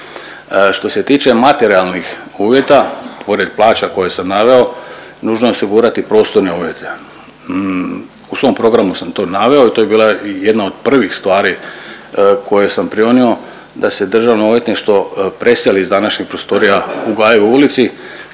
Što se tiče materijalnih uvjeta pored plaća koje sam naveo nužno je osigurati prostorne uvjete. U svom programu sam to naveo i to je bila jedna od prvih stvari koje sam prionuo da se Državno odvjetništvo preseli iz današnjih prostorija u Gajevoj ulici